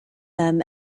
them